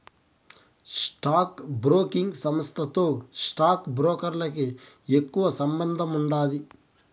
stock broking సంస్థతో stock బ్రోకర్లకి ఎక్కువ సంబందముండాది